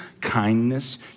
kindness